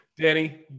Danny